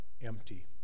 empty